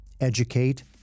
educate